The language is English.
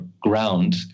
ground